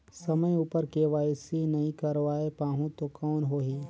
समय उपर के.वाई.सी नइ करवाय पाहुं तो कौन होही?